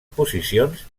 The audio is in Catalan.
posicions